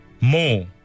more